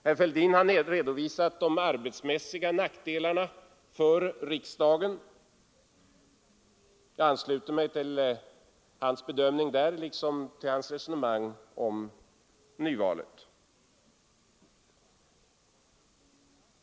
Herr Fälldin har redovisat de arbetsmässiga nackdelarna för riksdagen. Jag ansluter mig till hans bedömning därvidlag liksom till hans resonemang om nyval.